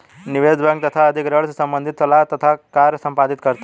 निवेश बैंक तथा अधिग्रहण से संबंधित सलाह तथा कार्य संपादित करता है